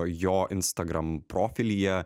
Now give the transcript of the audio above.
jo instagram profilyje